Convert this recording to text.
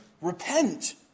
repent